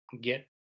get